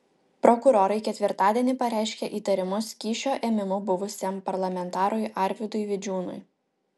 prokurorai ketvirtadienį pareiškė įtarimus kyšio ėmimu buvusiam parlamentarui arvydui vidžiūnui